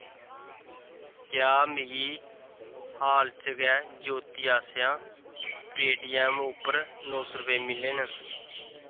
क्या मिगी हाल च गै ज्योती आसेआ पेऽटीऐम्म उप्पर नौ सौ रपेऽ मिले न